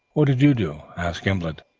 what did you do? asked gimblet.